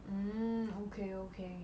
mm okay okay